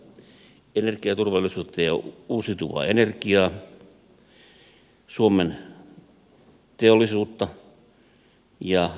energiaturvallisuutta ja uusiutuvaa energiaa suomen teollisuutta ja liikenneyhteyksiä